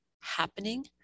happening